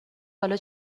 حالا